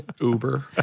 Uber